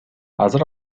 азыр